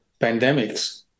pandemics